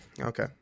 Okay